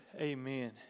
Amen